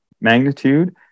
magnitude